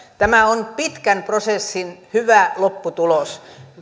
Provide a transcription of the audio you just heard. tämä on pitkän prosessin hyvä lopputulos